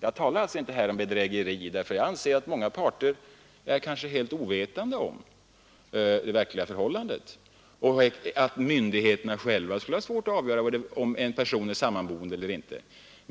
Jag talar alltså här inte om bedrägeri, eftersom jag anser att många parter är helt ovetande om det verkliga förhållandet, och myndigheterna själva har svårt att avgöra om en person är sammanboende med någon